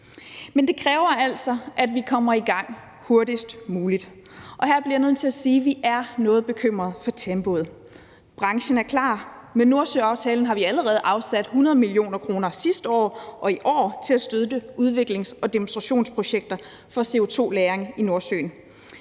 Men det kræver altså, at vi kommer i gang hurtigst muligt. Her bliver jeg nødt til at sige, at vi er noget bekymrede for tempoet. Branchen er klar. Med Nordsøaftalen har vi allerede afsat 100 mio. kr. sidste år og i år til at støtte udviklings- og demonstrationsprojekter for CO2-lagring i Nordsøen.